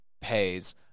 pays